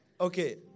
Okay